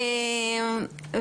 קצת,